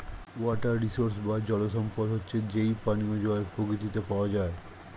water resource বা জল সম্পদ হচ্ছে যেই পানিও জল প্রকৃতিতে পাওয়া যায়